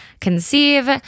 conceive